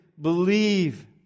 believe